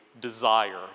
desire